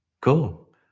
cool